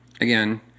Again